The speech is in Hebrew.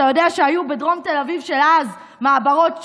אתה יודע שהיו בדרום תל אביב של אז מעברות ג'ליל,